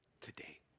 Today